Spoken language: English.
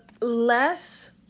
less